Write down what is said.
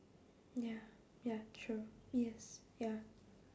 ya ya true yes ya